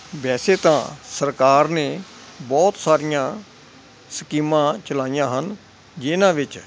ਵੈਸੇ ਤਾਂ ਸਰਕਾਰ ਨੇ ਬਹੁਤ ਸਾਰੀਆਂ ਸਕੀਮਾਂ ਚਲਾਈਆਂ ਹਨ ਜਿਹਨਾਂ ਵਿੱਚ